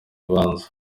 urubanza